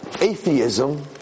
atheism